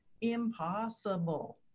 impossible